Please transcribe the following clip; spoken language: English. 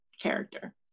character